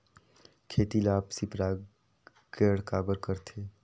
खेती ला आपसी परागण काबर करथे?